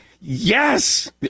Yes